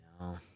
No